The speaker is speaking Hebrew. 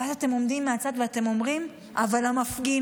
ואז אתם עומדים מהצד ואומרים: אבל המפגינים.